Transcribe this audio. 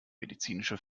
medizinische